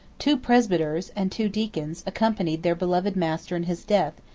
two presbyters, and two deacons, accompanied their beloved master in his death,